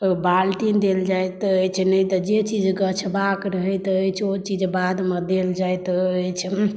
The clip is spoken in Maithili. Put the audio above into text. बाल्टीन देल जाइत अछि नहि तऽ जे चीज गछबाक रहैत अछि ओ चीज बादमे देल जाइत अछि